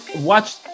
watch